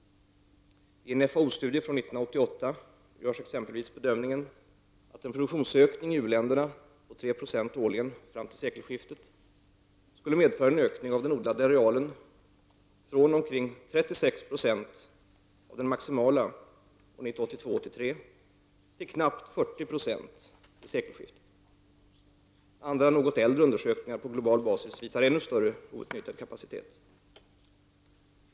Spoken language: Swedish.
I en FAO-studie från 1988 görs exempelvis bedömningen att en produktionsökning i u-länderna på 3 76 årligen fram till sekelskiftet skulle medföra , en ökning av den odlade arealen från omkring 36 20 av den maximala 1982/83 till knappt 40 96 vid sekelskiftet. Andra något äldre undersökningar på global basis visar ännu större outnyttjad kapacitet.